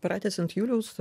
pratęsiant juliaus